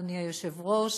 אדוני היושב-ראש,